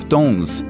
Tones